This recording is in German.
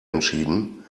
entschieden